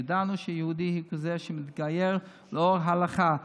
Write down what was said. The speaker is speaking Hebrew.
ידענו שיהודי הוא כזה שמתגייר לאור ההלכה.